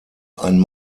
ein